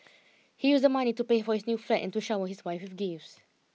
he used the money to pay for his new flat and to shower his wife with gifts